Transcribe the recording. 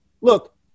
Look